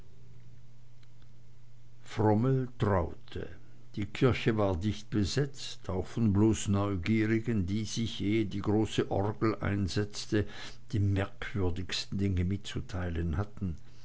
frommel traute die kirche war dicht besetzt auch von bloß neugierigen die sich ehe die große orgel einsetzte die merkwürdigsten dinge mitzuteilen hatten